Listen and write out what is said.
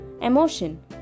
emotion